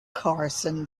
carson